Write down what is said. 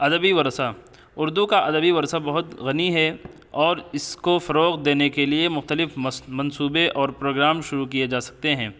ادبی ورثہ اردو کا ادبی ورثہ بہت غنی ہے اور اس کو فروغ دینے کے لیے مختلف منصوبے اور پروگرام شروع کئے جا سکتے ہیں